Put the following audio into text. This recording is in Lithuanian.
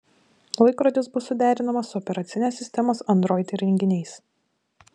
laikrodis bus suderinamas su operacinės sistemos android įrenginiais